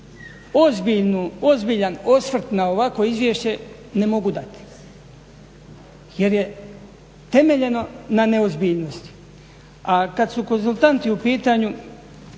ozbiljan osvrt na ovakvo izvješće ne mogu dati jer je temeljeno na neozbiljnosti. A kad su konzultanti u pitanju